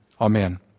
amen